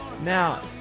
Now